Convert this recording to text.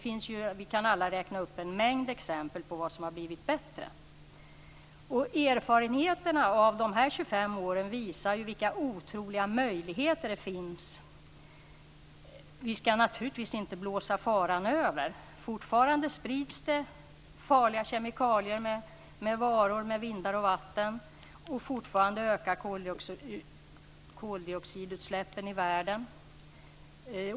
Vi kan alla räkna upp en mängd exempel på vad som har blivit bättre. Erfarenheterna av de här 25 åren visar vilka otroliga möjligheter det finns. Vi skall naturligtvis inte blåsa faran över. Fortfarande sprids det farliga kemikalier med varor, vindar och vatten. Fortfarande ökar koldioxidutsläppen i världen.